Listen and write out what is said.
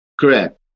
Correct